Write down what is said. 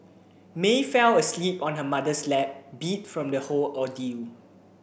May fell asleep on her mother's lap beat from the whole ordeal